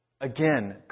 again